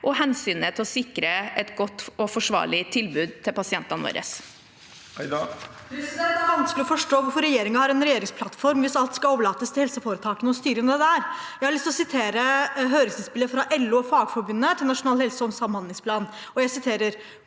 og hensynet til å sikre et godt og forsvarlig tilbud til pasientene. Seher Aydar (R) Det er vanskelig å forstå hvorfor regjeringen har en regjeringsplattform hvis alt skal overlates til helseforetakene og styrene der. Jeg har lyst til å sitere høringsinnspillet fra LO og Fagforbundet til Nasjonal helse- og samhandlingsplan: «Kommersielle